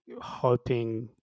hoping